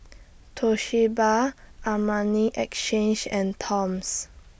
Toshiba Armani Exchange and Toms